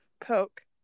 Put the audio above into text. Coke